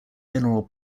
mineral